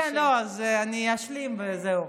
כן, אני אשלים וזהו.